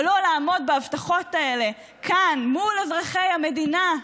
אבל לא לעמוד בהבטחות האלה כאן מול אזרחי המדינה?